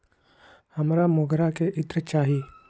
हमरा मोगरा के इत्र चाही